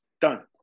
done